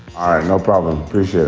um no problem. appreciate it